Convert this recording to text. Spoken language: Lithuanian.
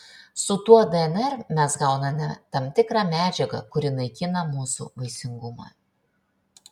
su tuo dnr mes gauname tam tikrą medžiagą kuri naikina mūsų vaisingumą